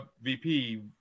VP